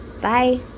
Bye